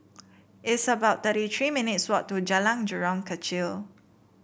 it's about thirty three minutes' walk to Jalan Jurong Kechil